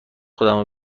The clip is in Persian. خودمو